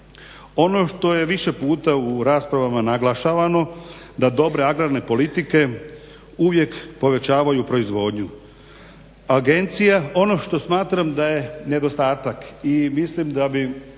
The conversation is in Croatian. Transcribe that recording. Ono što je više puta u raspravama naglašavano da dobre agrarne politike uvijek povećavaju proizvodnju. Agencija, ono što smatram da je nedostatak i mislim da bi